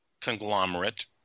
conglomerate